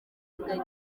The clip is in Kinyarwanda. ingagi